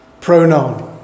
pronoun